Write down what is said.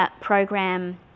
program